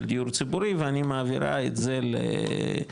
דיור ציבורי ואני מעבירה את זה לא יודע,